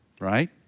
Right